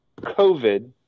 COVID